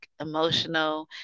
emotional